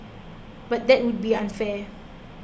but that would be unfair